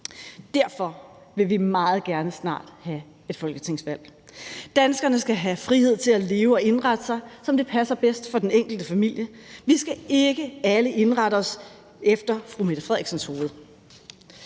Derfor vil vi meget gerne snart have et folketingsvalg. Danskerne skal have frihed til at leve og indrette sig, som det passer bedst for den enkelte familie, vi skal ikke alle indrette os efter fru Mette Frederiksens hoved.